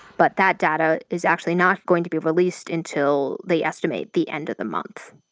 but that data is actually not going to be released until, they estimate, the end of the month.